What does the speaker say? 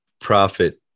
profit